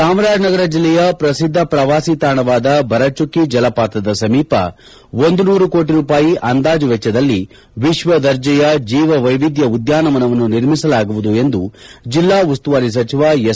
ಚಾಮರಾಜನಗರ ಜಿಲ್ಲೆಯ ಪ್ರಸಿದ್ದ ಪ್ರವಾಸಿ ತಾಣವಾದ ಭರಚುಕ್ಕಿ ಜಲಪಾತದ ಸಮೀಪ ಒಂದು ನೂರು ಕೋಟಿ ರೂಪಾಯಿ ಅಂದಾಜು ವೆಚ್ಚದಲ್ಲಿ ವಿಶ್ವ ದರ್ಜೆಯ ಜೀವವೈವಿಧ್ಯ ಉದ್ಯಾನವನ್ನು ನಿರ್ಮಿಸಲಾಗುವುದು ಎಂದು ಜಿಲ್ಲಾ ಉಸ್ತುವಾರಿ ಸಚಿವ ಎಸ್